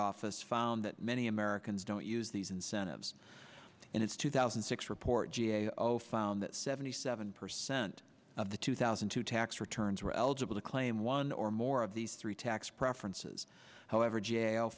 office found that many americans don't use these incentives and its two thousand and six report g a o found that seventy seven percent of the two thousand to tax returns were eligible to claim one or more of these three tax preferences however jail